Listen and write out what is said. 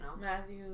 Matthew